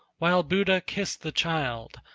while buddha kissed the child,